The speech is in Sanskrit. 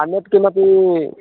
अन्यत् किमपि